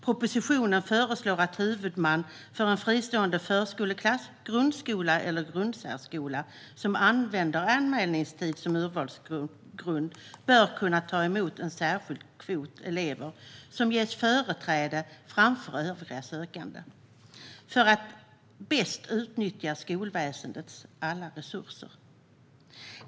Propositionen föreslår att en huvudman för en fristående förskola, grundskola eller grundsärskola som använder anmälningstid som urvalsgrund bör kunna ta emot en särskild kvot elever som ges företräde framför övriga sökande. Det handlar om att bäst utnyttja skolväsendets alla resurser.